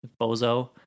bozo